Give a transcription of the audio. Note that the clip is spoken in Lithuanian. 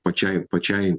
pačiai pačiai